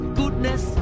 goodness